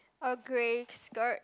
a grey skirt